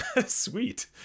sweet